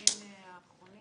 אני